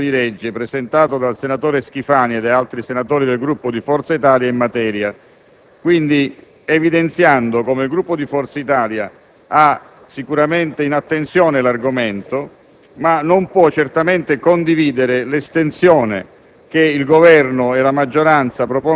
e ripropone il testo del disegno di legge, presentato dal senatore Schifani e da altri senatori del Gruppo Forza Italia in materia, evidenziando così come il Gruppo Forza Italia ha alla sua attenzione l'argomento, ma non può condividere l'estensione